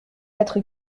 être